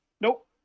Nope